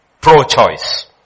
pro-choice